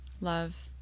Love